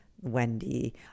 Wendy